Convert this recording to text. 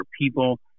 people